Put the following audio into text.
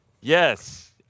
Yes